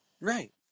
right